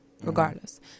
regardless